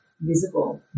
visible